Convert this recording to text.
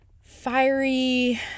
fiery